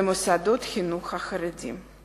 למוסדות חינוך חרדיים.